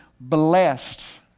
blessed